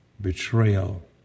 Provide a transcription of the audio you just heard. betrayal